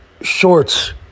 shorts